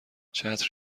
چتر